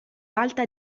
alta